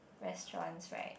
restaurants right